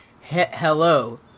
Hello